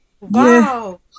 wow